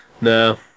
No